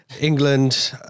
England